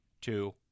two